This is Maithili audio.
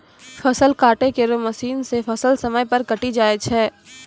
फसल काटै केरो मसीन सें फसल समय पर कटी जाय छै